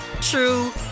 true